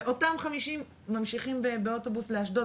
ואותם 50 ממשיכים באוטובוס לאשדוד?